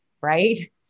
Right